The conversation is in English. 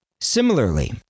Similarly